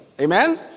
amen